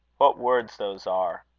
what words those are!